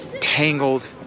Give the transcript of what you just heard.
tangled